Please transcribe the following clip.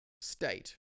state